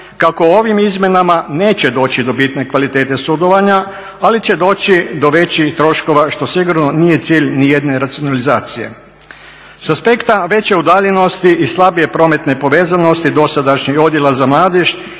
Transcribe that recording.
kako ovim izmjenama neće doći do bitne kvalitete sudovanja, ali će doći do većih troškova što sigurno nije cilj ni jedne racionalizacije. Sa aspekta veće udaljenosti i slabije prometne povezanosti dosadašnjih odjela za mladež